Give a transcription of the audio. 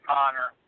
Connor